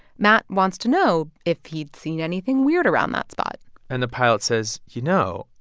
matt wants to know if he'd seen anything weird around that spot and the pilot says, you know,